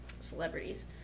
celebrities